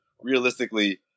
realistically